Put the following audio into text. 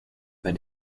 bei